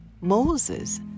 Moses